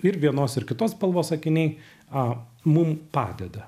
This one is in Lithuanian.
ir vienos ir kitos spalvos akiniai a mum padeda